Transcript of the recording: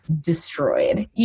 destroyed